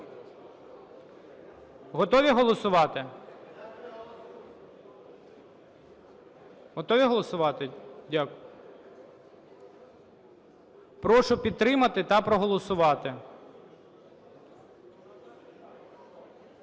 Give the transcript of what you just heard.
Готові голосувати? Готові голосувати? Прошу підтримати та проголосувати.